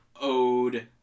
ode